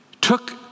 took